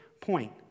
point